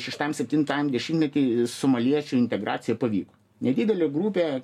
šeštajam septintajam dešimtmety somaliečių integracija pavyko nedidelė grupė